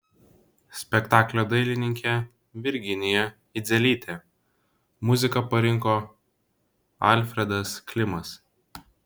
spektaklio dailininkė virginija idzelytė muziką parinko alfredas klimas